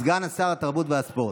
סגן שר התרבות והספורט.